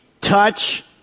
touch